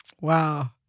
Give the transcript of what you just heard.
wow